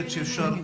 בבקשה.